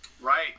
Right